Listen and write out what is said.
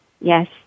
yes